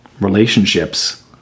relationships